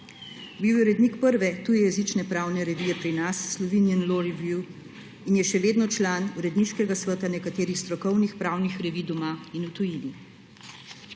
Bil je urednik prve tujejezične pravne revije pri nas Slovenian Law Review in je še vedno član uredniškega sveta nekaterih strokovnih pravnih revij doma in v tujini.